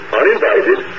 uninvited